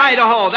Idaho